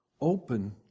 Open